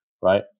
right